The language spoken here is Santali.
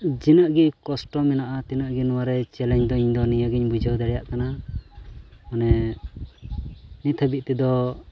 ᱛᱤᱱᱟᱹᱜ ᱜᱮ ᱠᱚᱥᱴᱚ ᱢᱮᱱᱟᱜᱼᱟ ᱛᱤᱱᱟᱹᱜ ᱜᱮ ᱱᱚᱣᱟᱨᱮ ᱪᱮᱞᱮᱧᱡᱽ ᱫᱚ ᱤᱧᱫᱚ ᱱᱤᱭᱟᱹᱜᱤᱧ ᱵᱩᱡᱷᱟᱹᱣ ᱫᱟᱲᱮᱭᱟᱜ ᱠᱟᱱᱟ ᱢᱟᱱᱮ ᱱᱤᱛ ᱫᱷᱟᱹᱵᱤᱡ ᱛᱮᱫᱚ